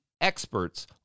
experts